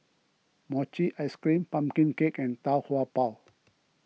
Mochi Ice Cream Pumpkin Cake and Tau Kwa Pau